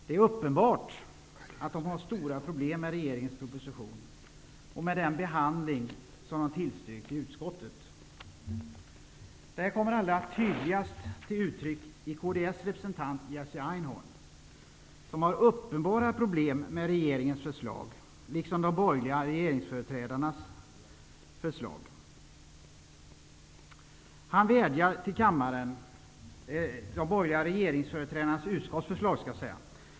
Det är uppenbart att de har stora problem med regeringens proposition och med den behandling de tillstyrkt i utskottet. Detta kommer allra tydligast till uttryck från kds representant Jerzy Einhorn, som har uppenbara problem med regeringens förslag liksom med de borgerligas utskottsförslag.